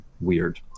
weird